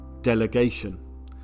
delegation